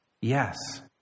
Yes